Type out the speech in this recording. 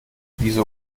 wieso